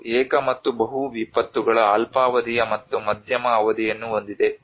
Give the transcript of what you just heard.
ಇದು ಏಕ ಮತ್ತು ಬಹು ವಿಪತ್ತುಗಳ ಅಲ್ಪಾವಧಿಯ ಮತ್ತು ಮಧ್ಯಮ ಅವಧಿಯನ್ನು ಹೊಂದಿದೆ